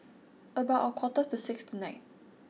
about a quarter to six tonight